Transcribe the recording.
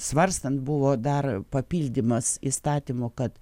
svarstant buvo dar papildymas įstatymo kad